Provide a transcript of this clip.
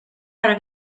para